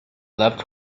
loved